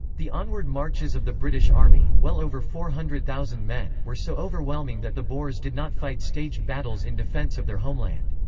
the onward marches of the british army, well over four hundred thousand men, were so overwhelming that the boers did not fight staged battles in defence of their homeland.